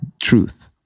truth